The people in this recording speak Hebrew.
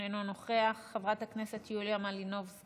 אינו נוכח, חברת הכנסת יוליה מלינובסקי,